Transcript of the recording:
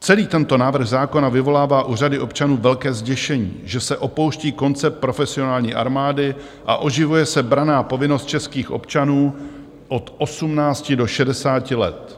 Celý tento návrh zákona vyvolává u řady občanů velké zděšení, že se opouští koncept profesionální armády a oživuje se branná povinnost českých občanů od 18 do 60 let.